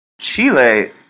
Chile